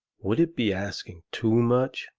would it be asking too much,